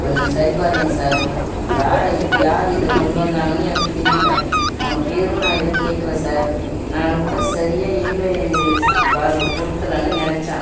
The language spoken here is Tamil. கொஞ்சம் சரி பாருங்கள் சார் யார் யார் இதை கொண்டு வந்தாங்கன்னு எனக்குத் தெரியலை அவங்க பேரும் நான் எதுவும் கேட்கல சார் நான் கூட சரியாக எரிவாயு ஸ் வால்வு பொருத்தலைன்னு நினச்சேன்